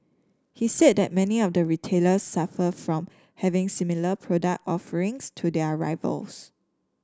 he said that many of the retailers suffer from having similar product offerings to their rivals